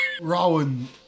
Rowan